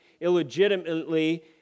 illegitimately